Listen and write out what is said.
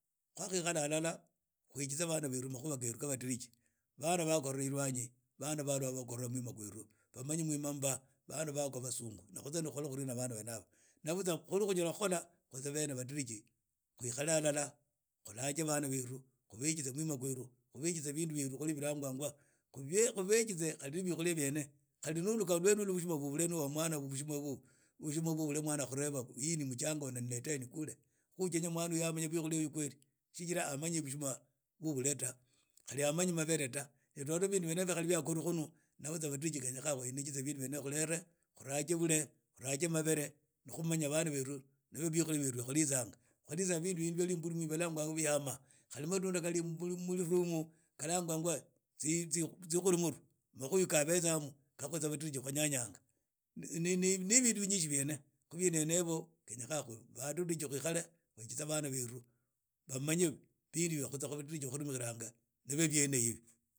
Khwakhila halala, khwekitse vana veru makhuva keru ka vatirichi. Vana vakorela ilwanyi, vana valuha vakora mwima kweru, vamanyi mwima mba vakwa vasungu, na khutse nikhole ndina vana venava. Navuzwa khuli khunyala khola khutse vene vatirichi khwikhale halala, khulange vana veru, khuvekitsa mwima kweru, khuvekitse vindu vyeru khili vilangwangwa, khuvekitse khali na vikhulia vyene. Nuulika lwenulu vushuma vwa vule nuuha mwana akhureva, hii ni muchanga unaniletea nikule, uchenya mwanuyu yamanya vikhuliavi kweli. Shichira amanyi vushuma vwa vule ta, khali amanyi mavele ta, na toto vindu vyenevo vyakori khunu. Navuzwa vatirichi kenyekhaa vahenzekhitse vindu vyenevo khulere vule, khurake mavere, ni khumanya vana veru vikhulia vyeru vya khwalizanga. Khwalizanga vindu vya mbulimo valanganga vyama, khali matunda kali muliruumu kalangwangwa tsikhulumuru, makhuyu kavetsaamu, ka khutse vatirichi khwanyanyanga. Na vindu vinyishi vyene. Khu vindu vyenevo kenyekhaa vatirichi khuikhale na vana veru vamanye vindu vya khutse vatirichi khwarumikhilanga navyo vyenivi.